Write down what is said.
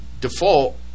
default